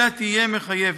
אלא תהיה מחייבת.